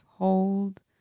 Hold